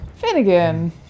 Finnegan